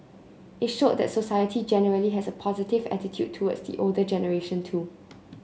it showed that society generally has a positive attitude towards the older generation too